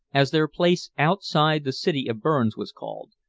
as their place outside the city of burns was called,